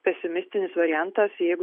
pesimistinis variantas jeigu